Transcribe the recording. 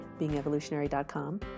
beingevolutionary.com